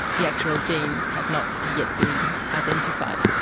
the actual genes have not yet been identified.